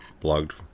blogged